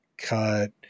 cut